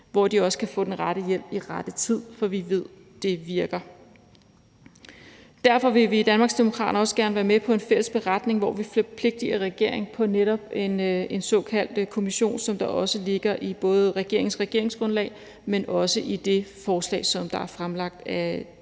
hvor de også kan få den rette hjælp i rette tid, for vi ved, det virker. Derfor vil vi i Danmarksdemokraterne også gerne være med på en fælles beretning, hvor vi forpligtiger regeringen på netop en såkaldt kommission, som der også ligger både i regeringens regeringsgrundlag, men også i det forslag, som der er fremsat af